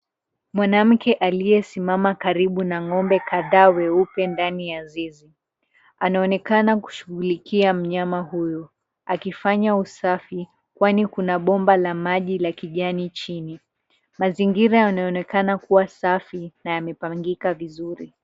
Mwanamke aliyesimama karibu na ng'ombe kadhaa weupe ndani ya zizi. Anaonekana kushugulikia mnyama huyu akifanya usafi kwani kuna bomba la maji la kijani chini, Mazingira yanayoonekana safi na yameoangika vizuri.